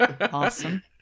Awesome